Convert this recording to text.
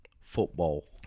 football